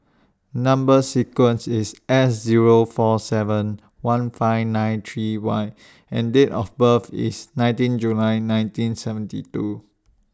Number sequence IS S Zero four seven one five nine three Y and Date of birth IS nineteen July nineteen seventy two